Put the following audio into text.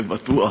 זה בטוח.